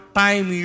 time